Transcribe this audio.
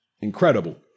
incredible